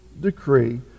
decree